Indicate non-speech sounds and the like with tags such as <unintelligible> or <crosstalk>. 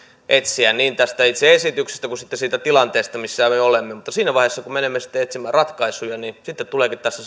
etsiä niin tästä itse esityksestä kuin sitten siitä tilanteesta missä me olemme mutta siinä vaiheessa kun menemme sitten etsimään ratkaisuja tuleekin tässä <unintelligible>